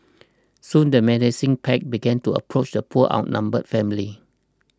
soon the menacing pack began to approach the poor outnumbered family